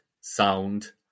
sound